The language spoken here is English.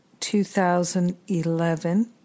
2011